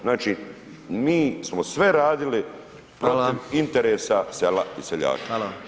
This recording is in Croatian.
Znači mi smo sve radili protiv [[Upadica: Hvala.]] interesa sela i seljaka.